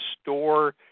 store